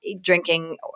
drinking